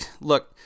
Look